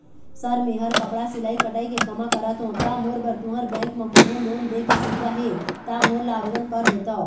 Sir मेहर कपड़ा सिलाई कटाई के कमा करत हों ता मोर बर तुंहर बैंक म कोन्हों लोन दे के सुविधा हे ता मोर ला आवेदन कर देतव?